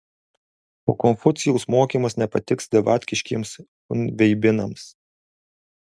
o konfucijaus mokymas nepatiks davatkiškiems chunveibinams